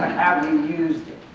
have you used it?